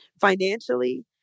financially